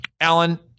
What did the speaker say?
Alan